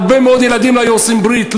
להרבה מאוד ילדים לא היו עושים ברית.